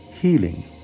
healing